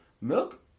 Milk